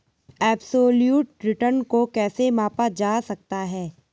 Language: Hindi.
एबसोल्यूट रिटर्न को कैसे मापा जा सकता है?